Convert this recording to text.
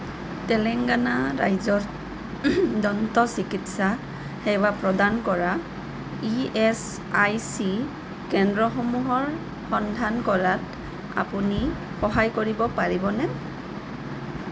তেলেংগানা ৰাজ্যত দন্ত চিকিৎসা সেৱা প্ৰদান কৰা ইএচআইচি কেন্দ্ৰসমূহৰ সন্ধান কৰাত আপুনি সহায় কৰিব পাৰিবনে